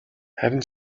харин